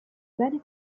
bene